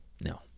No